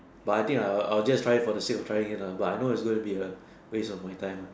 but I think I will I will just try it for the sake of trying it lah but I know it's gonna be a waste of my time lah